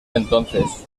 entonces